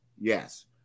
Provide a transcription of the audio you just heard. Yes